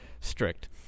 Strict